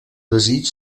desig